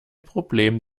problem